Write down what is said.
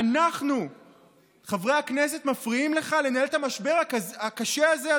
אנחנו חברי הכנסת מפריעים לך לנהל את המשבר הקשה הזה,